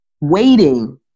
waiting